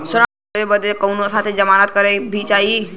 ऋण लेवे बदे कउनो साथे जमानत करता भी चहिए?